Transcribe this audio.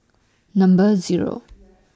Number Zero